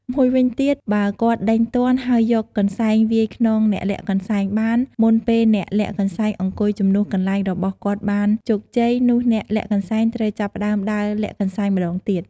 មួយវិញទៀត បើគាត់ដេញទាន់ ហើយយកកន្សែងវាយខ្នងអ្នកលាក់កន្សែងបាន មុនពេលអ្នកលាក់កន្សែងអង្គុយជំនួសកន្លែងរបស់គាត់បានជោគជ័យ នោះអ្នកលាក់កន្សែងត្រូវចាប់ផ្តើមដើរលាក់កន្សែងម្តងទៀត។